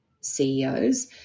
CEOs